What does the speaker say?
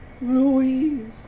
Louise